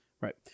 Right